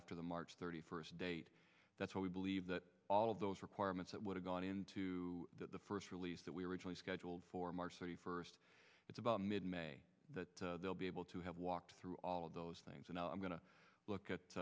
after the march thirty first date that's what we believe that all of those requirements that would have gone into the first release that we originally scheduled for march thirty first it's about mid may that they'll be able to have walked through all of those things and i'm going to look at